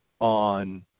on